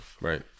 Right